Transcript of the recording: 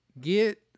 get